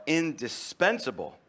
indispensable